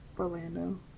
Orlando